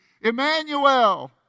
Emmanuel